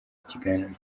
ikiganiro